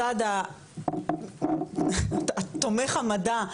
הצד התומך מדע,